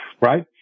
right